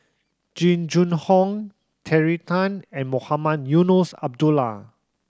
Jing Jun Hong Terry Tan and Mohamed Eunos Abdullah